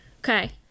okay